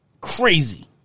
Crazy